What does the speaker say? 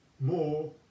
more